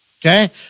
Okay